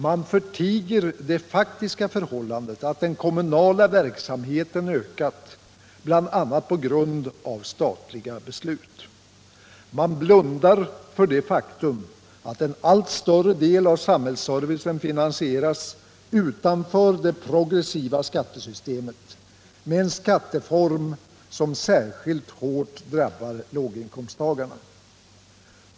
Man förtiger det faktiska förhållandet att den kommunala verksamheten ökat, bl.a. på grund av statliga beslut. Man blundar för det faktum att en allt större del av samhällsservicen finansieras utanför det progressiva skattesystemet — med den skattereform som särskilt hårt drabbar lågin komsttagarna.